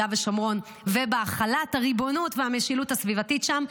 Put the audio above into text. ושומרון ובהחלת הריבונות והמשילות הסביבתית שם,